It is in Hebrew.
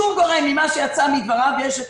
שום גורם ממה שיצא מדבריו יש את